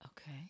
Okay